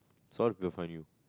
sort will find you